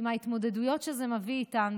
עם ההתמודדויות שזה מביא איתו,